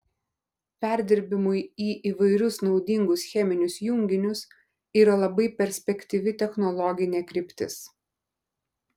perdirbimui į įvairius naudingus cheminius junginius yra labai perspektyvi technologinė kryptis